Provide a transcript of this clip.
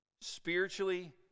spiritually